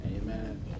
Amen